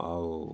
ଆଉ